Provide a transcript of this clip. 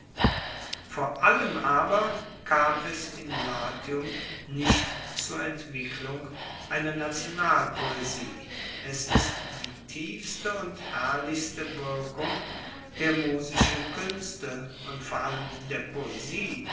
vor allem aber kam es in latium nicht zur entwicklung einer nationalpoesie es ist die tiefste und herrlichste wirkung der musischen kuenste und vor allem der poesie